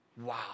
Wow